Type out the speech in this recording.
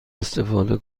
استفاده